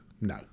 no